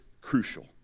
crucial